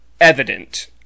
evident